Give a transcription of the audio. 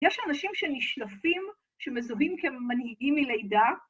‫יש אנשים שנשלפים, ‫שמזוהים כמנהיגים מלידה.